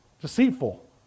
Deceitful